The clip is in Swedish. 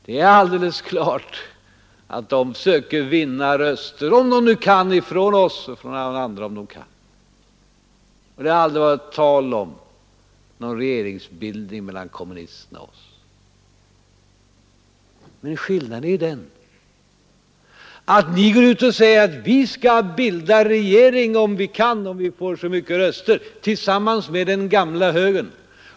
Det är alldeles klart att kommunisterna om de kan försöker vinna röster från oss alla andra. Det har dock aldrig varit tal om någon regeringsbildning mellan oss och kommunisterna. Men skillnaden är den att ni går ut och säger att ni, om ni får tillräckligt många röster, skall bilda regering tillsammans med den gamla högern.